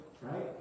right